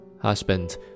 Husband